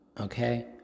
Okay